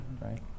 Right